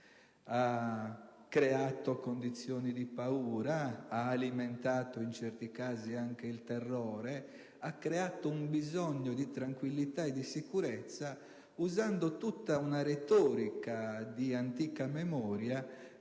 Ha creato condizioni di paura, ha alimentato in certi casi anche il terrore, ha creato un bisogno di tranquillità e di sicurezza, usando una retorica di antica memoria